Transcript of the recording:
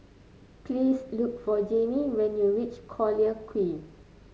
please look for Janie when you reach Collyer Quay